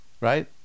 right